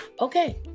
Okay